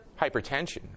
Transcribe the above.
Hypertension